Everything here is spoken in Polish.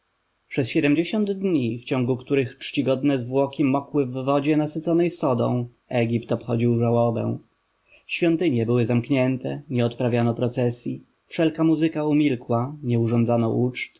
przez siedemdziesiąt dni w ciągu których czcigodne zwłoki mokły w wodzie nasyconej sodą egipt obchodził żałobę świątynie były zamknięte nie odprawiano procesyj wszelka muzyka umilkła nie urządzan